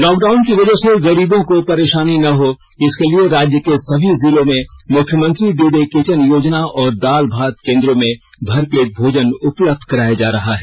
lockdown की वजह से गरीबों को परेषानी न हो इसके लिए राज्य के सभी जिलों में मुख्यमंत्री दीदी किचन योजना और दाल भात केन्द्रों में भरपेट भोजन उपलब्ध कराया जा रहा है